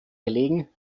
gelegen